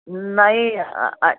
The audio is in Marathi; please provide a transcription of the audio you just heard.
नाही आ आ